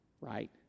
right